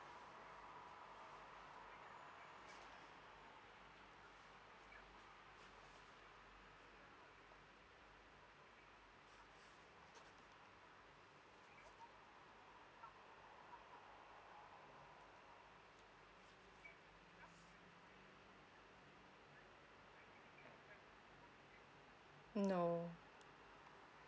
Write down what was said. no